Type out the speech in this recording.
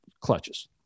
clutches